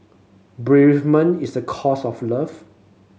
bereavement is a cost of love